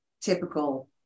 typical